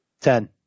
Ten